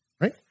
right